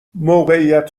موقعیت